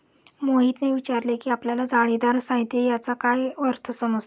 मोहितने विचारले की आपल्याला जाळीदार साहित्य याचा काय अर्थ समजतो?